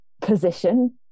position